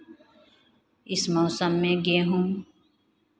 इस मौसम में गेहूं